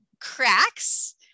cracks